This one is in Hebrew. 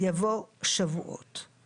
הצבעה לא אושרה הסתייגות מספר 42 נפלה.